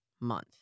Month